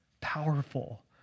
Powerful